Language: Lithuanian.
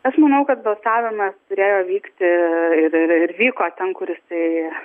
aš manau kad balsavimas turėjo vykti ir ir vyko ten kur jisai